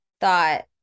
thought